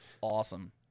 awesome